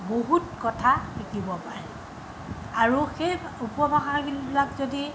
কথা শিকিব পাৰে আৰু সেই উপভাষাবিলাক যদি